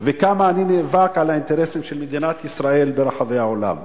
וכמה אני נאבק על האינטרסים של מדינת ישראל ברחבי העולם.